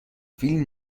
فیلم